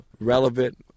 relevant